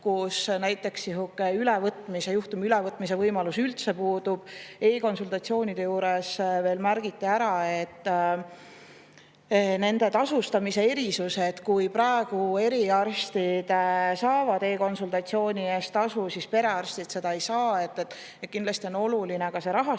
mille puhul ülevõtmise võimalus üldse puudub. E-konsultatsioonide puhul märgiti veel ära nende tasustamise erisus, et kui praegu eriarstid saavad e-konsultatsiooni eest tasu, siis perearstid seda ei saa. Kindlasti on oluline ka see rahastuspool